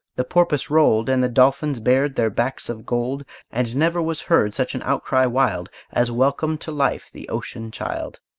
the porpoise rolled, and the dolphins bared their backs of gold and never was heard such an outcry wild, as welcomed to life the ocean child.